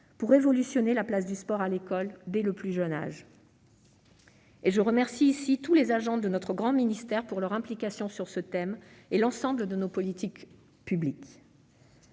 pour révolutionner la place du sport à l'école, dès le plus jeune âge. Je veux à ce propos remercier ici tous les agents de notre grand ministère pour leur implication dans l'ensemble de nos politiques publiques